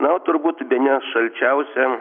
na o turbūt bene šalčiausia